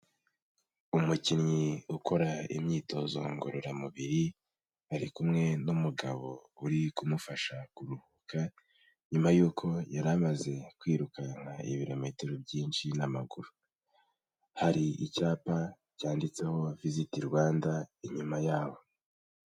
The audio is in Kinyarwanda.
Umukinnyi ukora imyitozo ngororamubiri, ari kumwe n'umugabo uri kumufasha kuruhuka, nyuma y'uko yari amaze kwirukanka ibirometero byinshi n'amaguru. Hari icyapa cyanditseho Visit Rwanda inyuma yabo.